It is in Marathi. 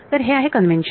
तर हे आहे कन्व्हेन्शन